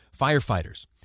firefighters